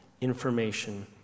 information